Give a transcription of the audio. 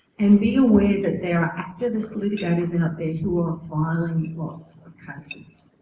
and be aware that there are activist litigators and up there who are filing lots of cases